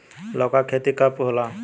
लौका के खेती कब होला?